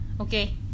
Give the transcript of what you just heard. Okay